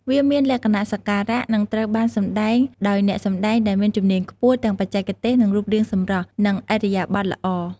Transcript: វាមានលក្ខណៈសក្ការៈ និងត្រូវបានសម្តែងដោយអ្នកសម្តែងដែលមានជំនាញខ្ពស់ ទាំងបច្ចេកទេស និងរូបរាងសម្រស់ និងឥរិយាបថល្អ។